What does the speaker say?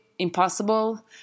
impossible